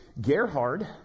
Gerhard